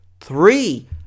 Three